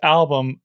album